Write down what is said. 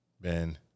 Ben